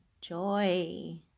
joy